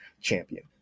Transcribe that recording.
champion